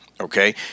Okay